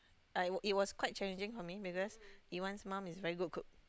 I was it was quite challenging for me because Iwan's mum is a very good cook